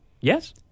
Yes